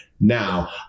Now